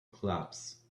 clubs